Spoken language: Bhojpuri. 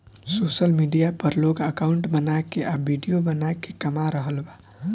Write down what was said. सोशल मीडिया पर लोग अकाउंट बना के आ विडिओ बना के कमा रहल बा